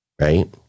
right